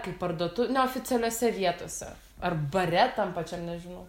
kaip parduotu neoficialiose vietose ar bare tam pačiam nežinau